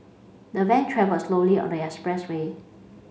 the van travelled slowly on the expressway